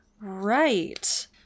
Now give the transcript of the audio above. right